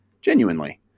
Genuinely